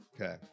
okay